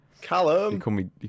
Callum